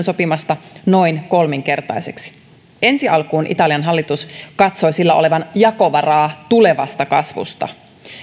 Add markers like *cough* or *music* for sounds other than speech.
*unintelligible* sopimasta noin kolminkertaiseksi ensi alkuun italian hallitus katsoi sillä olevan jakovaraa tulevasta kasvusta